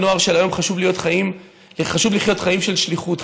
לנוער של היום חשוב לחיות חיים של שליחות,